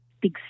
big